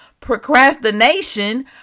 Procrastination